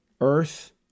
earth